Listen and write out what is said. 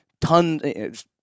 tons